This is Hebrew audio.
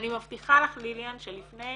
אני מבטיחה לך ליליאן שלפני